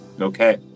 Okay